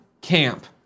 camp